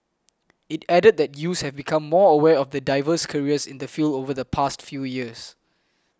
it added that youths have become more aware of the diverse careers in the field over the past few years